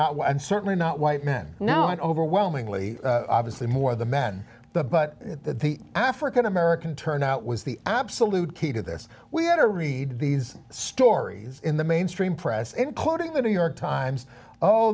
and certainly not white men now and overwhelmingly obviously more of the men the but the african american turnout was the absolute key to this we had to read these stories in the mainstream press including the new york times oh